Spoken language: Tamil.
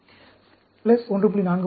414 1